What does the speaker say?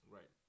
Right